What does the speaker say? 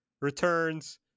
returns